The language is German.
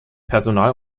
personal